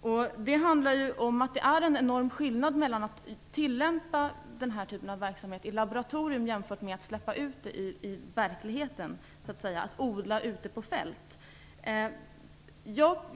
Vad det handlar om är att det är en enorm skillnad mellan att tillämpa den här typen av verksamhet i laboratorium och att så att säga släppa ut den i verkligheten och odla ute på fält.